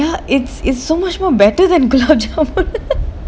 ya it's it's so much more better than gulab jamun